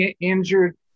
injured